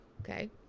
Okay